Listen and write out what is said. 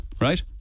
Right